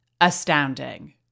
astounding